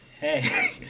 hey